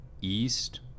East